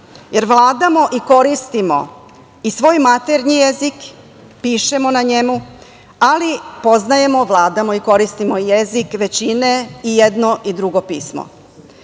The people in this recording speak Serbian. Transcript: jer vladamo i koristimo i svoj maternji jezik, pišemo na njemu, ali poznajemo, vladamo i koristimo jezik većine, i jedno i drugo pismo.